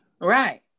Right